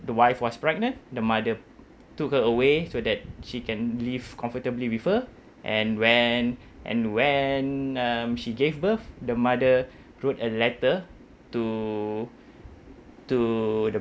the wife was pregnant the mother took her away so that she can live comfortably with her and when and when um she gave birth the mother wrote a letter to to the